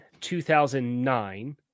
2009